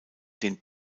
den